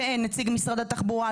ואין נציג משרד התחבורה,